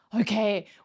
Okay